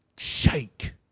shake